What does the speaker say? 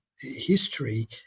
history